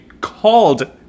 called